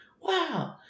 wow